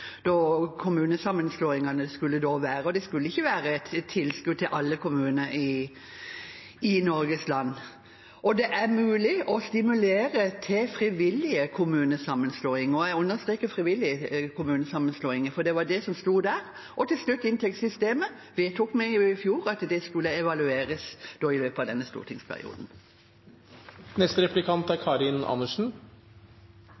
da kommunesammenslåingene skulle være, det skulle ikke være et tilskudd til alle kommuner i Norges land. Og det er mulig å stimulere til frivillige kommunesammenslåinger. Jeg understreker «frivillige kommunesammenslåinger», for det var det som sto der. Til slutt: Når det gjelder inntektssystemet, vedtok vi jo i fjor at det skulle evalueres i løpet av